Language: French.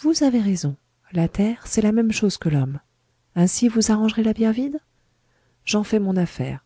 vous avez raison la terre c'est la même chose que l'homme ainsi vous arrangerez la bière vide j'en fais mon affaire